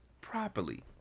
properly